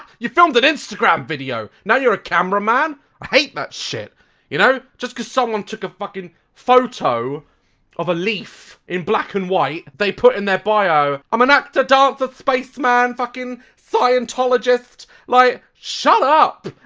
you filmed an instagram video. now you're a camera man i hate that shit you know, just cause someone took a fucking photo of a leaf in black and white, they put in their bio i'm an actor, dancer, spaceman. fucking scientologist like. shutup!